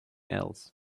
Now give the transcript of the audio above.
else